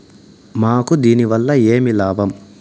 మాకు దీనివల్ల ఏమి లాభం